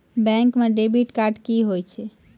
Bank म debit card की होय छै?